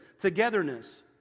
togetherness